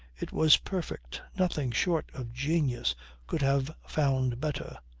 it was perfect. nothing short of genius could have found better.